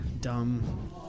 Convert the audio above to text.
dumb